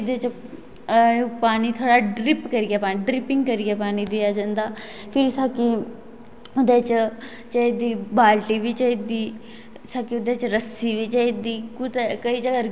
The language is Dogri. अज्ज खाने गी फैट जियां खाने गी जियां फैट कन्नै बच्चे फैट बधदे जाना थाइरोइड होंदे जाना फैट बधदे जाना थाइरोइड होंदे जाना एह् ते फ्ही अग्गें असें पुज्जी जाना हस्ताल हस्ताल पुज्जे नीं ते उ'नें अपनियां दुआइयां दित्तियां नीं ते बच्चें दा कम्म खराब होएआ नी